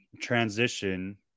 transition